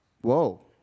Whoa